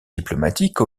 diplomatiques